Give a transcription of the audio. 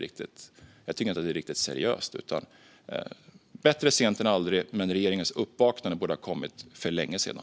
Ursäkta, men jag tycker inte att det är riktigt seriöst. Bättre sent än aldrig, men regeringens uppvaknande borde ha kommit för länge sedan.